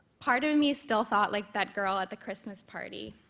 part of and me still thought like that girl at the christmas party.